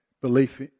belief